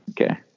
Okay